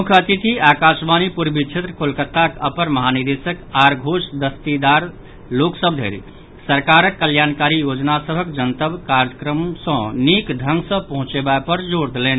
मुख्य अतिथि आकाशवाणी पूर्वी क्षेत्र कोलकाताक अपर महानिदेशक आर घोष दस्तीदार लोक सभ धरि सरकारक कल्याणकारी योजना सभक जनतब कार्यक्रम सॅ निक ढ़ंग सॅ पहुचयबा पर जोर देलनि